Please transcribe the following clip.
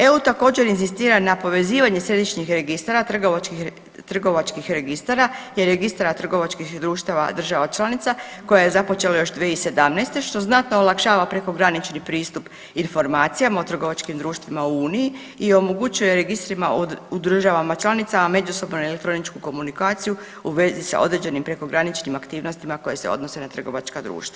EU također inzistira na povezivanje središnjih registara trgovačkih registara i registara trgovačkih društava država članica koje je započelo još 2017. što znatno olakšava prekogranični pristup informacijama u trgovačkim društvima u Uniji i omogućuje registrima u državama članicama međusobnu elektroničku komunikaciju u vezi sa određenim prekograničnim aktivnostima koje se odnose na trgovačka društva.